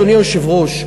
אדוני היושב-ראש,